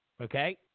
Okay